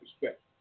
respect